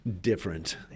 different